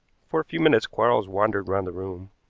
for a few minutes quarles wandered round the room,